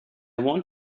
want